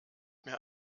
mir